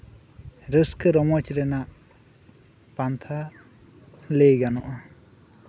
ᱨᱟᱹᱥᱠᱟᱹ ᱨᱚᱢᱚᱡ ᱨᱮᱱᱟᱜ ᱯᱟᱱᱛᱷᱟ ᱞᱟᱹᱭ ᱜᱟᱱᱚᱜᱼᱟ